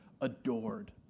adored